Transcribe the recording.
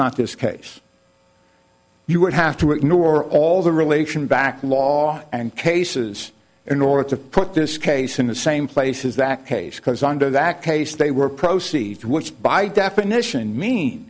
not the case you would have to ignore all the relation back law and cases in order to put this case in the same place is that case because under that case they were proceeding which by definition me